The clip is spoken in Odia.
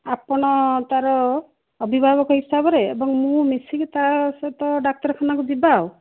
ଆପଣ ତାର ଅଭିଭାବକ ହିସାବରେ ଏବଂ ମୁଁ ମିଶିକି ତା ସହିତ ଡାକ୍ତରଖାନାକୁ ଯିବା ଆଉ